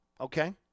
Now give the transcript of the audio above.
okay